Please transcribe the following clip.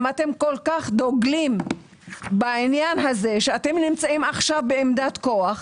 אם אתם כל כך דוגלים בעניין הזה ואתם נמצאים עכשיו בעמדת כוח,